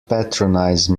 patronize